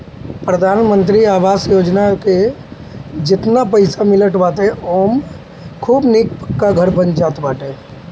प्रधानमंत्री आवास योजना में जेतना पईसा मिलत बाटे ओमे खूब निक पक्का घर बन जात बाटे